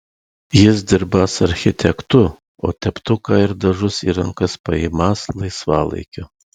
jis dirbąs architektu o teptuką ir dažus į rankas paimąs laisvalaikiu